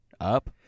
Up